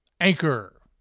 Anchor